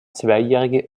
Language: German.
zweijährige